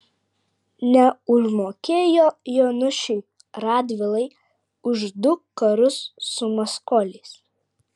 neužmokėjo jonušui radvilai už du karus su maskoliais